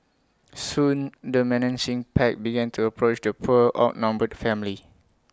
soon the menacing pack began to approach the poor outnumbered family